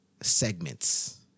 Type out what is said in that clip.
segments